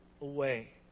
away